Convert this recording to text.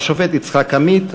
השופט יצחק עמית,